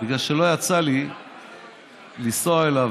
בגלל שלא יצא לי לנסוע אליו.